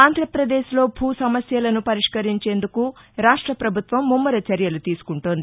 ఆంధ్రాపదేశ్లో భూ సమస్యలను పరిష్కరించేందుకు రాష్ట పభుత్వం ముమ్మర చర్యలు తీసుకుంటోంది